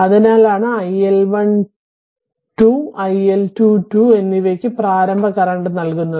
അതിനാലാണ് iL12 iL22 എന്നിവയ്ക്ക് പ്രാരംഭ കറന്റ് നൽകുന്നത്